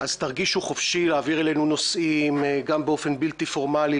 אז תרגישו חופשי להעביר אלינו נושאים גם באופן בלתי פורמלי,